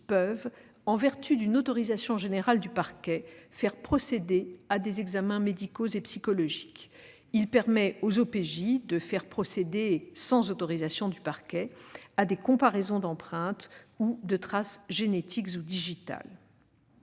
peuvent, en vertu d'une autorisation générale du parquet, faire procéder à des examens médicaux et psychologiques. Il permet aux OPJ de faire procéder, sans autorisation du parquet, à des comparaisons d'empreintes ou de traces génétiques ou digitales.